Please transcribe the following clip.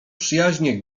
przyjaźnie